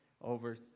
over